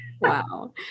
Wow